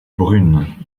brunes